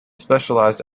specialized